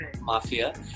mafia